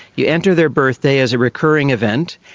you enter their birthday as a recurring event,